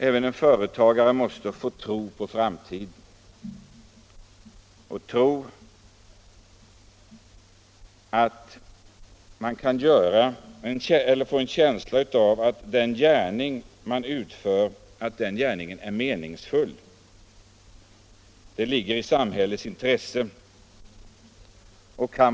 Även en företagare måste få tro på framtiden och ha en känsla av att den gärning han utför är meningsfull och samhällsgagnande.